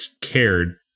cared